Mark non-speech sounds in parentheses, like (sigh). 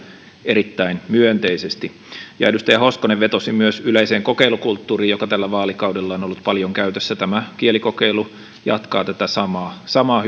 erittäin myönteisesti edustaja hoskonen vetosi myös yleiseen kokeilukulttuuriin joka tällä vaalikaudella on ollut paljon käytössä tämä kielikokeilu jatkaa tätä samaa samaa (unintelligible)